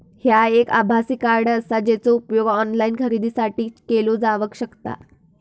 ह्या एक आभासी कार्ड आसा, जेचो उपयोग ऑनलाईन खरेदीसाठी केलो जावक शकता